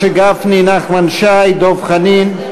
משה גפני, נחמן שי, דב חנין.